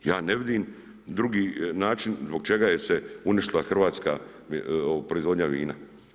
Ja ne vidim drugi način zbog čega se uništila hrvatska proizvodnja vina.